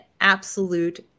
absolute